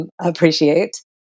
appreciate